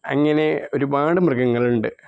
അങ്ങനെ ഒരുപാട് മൃഗങ്ങളുണ്ട്